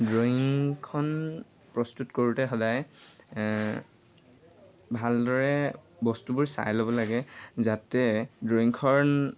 ড্ৰয়িংখন প্ৰস্তুত কৰোঁতে সদায় ভালদৰে বস্তুবোৰ চাই ল'ব লাগে যাতে ড্ৰয়িংখন